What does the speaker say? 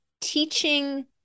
teaching